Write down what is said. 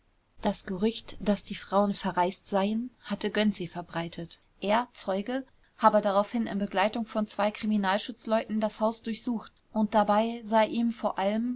das gerücht daß die frauen verreist seien hatte gönczi verbreitet er zeuge habe daraufhin in begleitung von zwei kriminalschutzleuten das haus durchsucht und dabei sei ihm vor allem